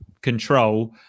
control